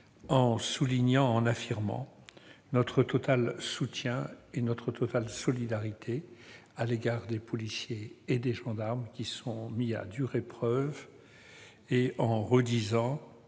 mes collègues, j'affirme notre total soutien et notre totale solidarité à l'égard des policiers et des gendarmes, qui sont soumis à dure épreuve. Ce n'est